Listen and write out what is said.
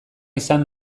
izan